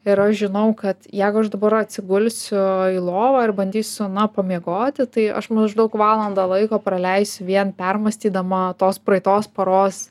ir aš žinau kad jeigu aš dabar atsigulsiu į lovą ir bandysiu na pamiegoti tai aš maždaug valandą laiko praleisiu vien permąstydama tos praeitos paros